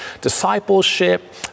discipleship